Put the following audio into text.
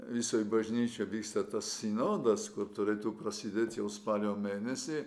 visoj bažnyčioj vyksta tas sinodas kur turėtų prasidėti jau spalio mėnesį